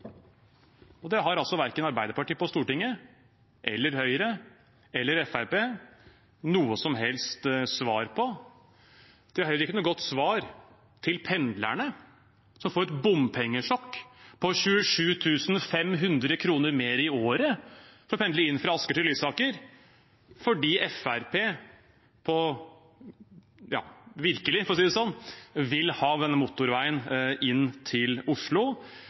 veien? Det har altså verken Arbeiderpartiet på Stortinget eller Høyre eller Fremskrittspartiet noe som helst svar på. De har heller ikke noe godt svar til pendlerne, som får et bompengesjokk med 27 500 kr mer i året for å pendle inn fra Asker til Lysaker fordi Fremskrittspartiet virkelig vil ha denne motorveien inn til Oslo